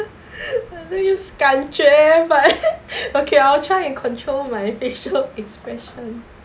this 感觉 but okay I'll try and control my facial expression